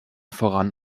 voran